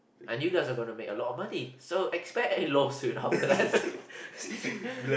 and you guys is gone to make a lot of money so expect a lawsuit after that